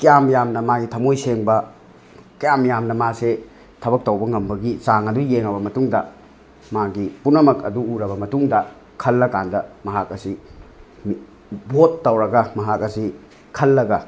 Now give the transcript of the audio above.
ꯀꯌꯥꯝ ꯌꯥꯝꯅ ꯃꯥꯒꯤ ꯊꯝꯃꯣꯏ ꯁꯦꯡꯕ ꯀꯌꯥꯝ ꯌꯥꯝꯅ ꯃꯥꯁꯦ ꯊꯕꯛ ꯇꯧꯕ ꯉꯝꯕꯒꯤ ꯆꯥꯡ ꯑꯗꯨ ꯌꯦꯡꯉꯕ ꯃꯇꯨꯡꯗ ꯃꯥꯒꯤ ꯄꯨꯝꯅꯃꯛ ꯑꯗꯨ ꯎꯔꯕ ꯃꯇꯨꯡꯗ ꯈꯜꯂ ꯀꯥꯟꯗ ꯃꯍꯥꯛ ꯑꯁꯤ ꯚꯣꯠ ꯇꯧꯔꯒ ꯃꯍꯥꯛ ꯑꯁꯤ ꯈꯜꯂꯒ